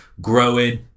growing